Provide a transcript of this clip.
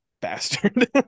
bastard